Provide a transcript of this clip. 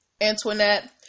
Antoinette